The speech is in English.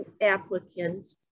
applicants